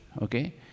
okay